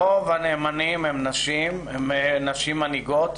רוב הנאמנים הם נשים, נשים מנהיגות.